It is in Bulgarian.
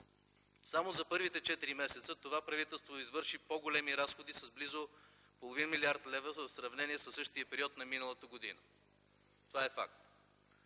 само за първите четири месеца това правителство извърши по-големи разходи с близо половин милиард лева в сравнение със същия период на миналата година. Това е факт.